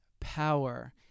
power